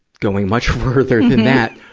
going much further than that.